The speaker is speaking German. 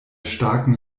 starken